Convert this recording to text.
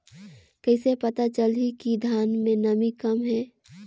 कइसे पता चलही कि धान मे नमी कम हे?